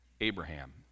Abraham